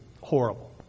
horrible